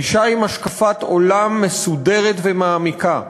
אישה עם השקפת עולם מסודרת ומעמיקה.